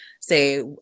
say